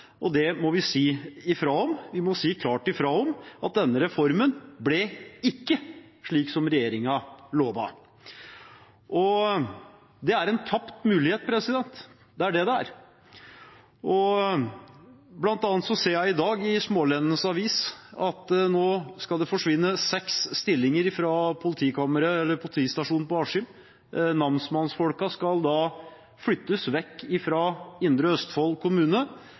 og det må vi si ifra om. Vi må si klart ifra om at denne reformen ikke ble slik som regjeringen lovet. Det er en tapt mulighet – det er det det er. Blant annet ser jeg i dag i Smaalenenes Avis at det nå skal forsvinne seks stillinger fra politistasjonen i Askim. Namsmannsfolkene skal flyttes vekk fra Indre Østfold kommune og til Ski. Det var heller ikke det Indre Østfold kommune